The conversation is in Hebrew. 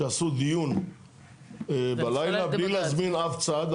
שעשו דיון בלילה בלי להזמין אף צד.